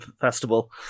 Festival